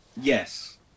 Yes